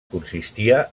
consistia